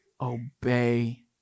obey